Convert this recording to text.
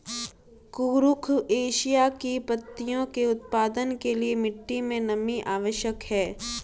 कुरुख एशिया की पत्तियों के उत्पादन के लिए मिट्टी मे नमी आवश्यक है